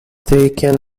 taken